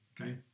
Okay